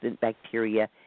bacteria